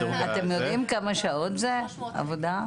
מה, אתם יודעים כמה שעות עבודה זה?